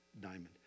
diamond